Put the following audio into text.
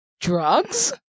Drugs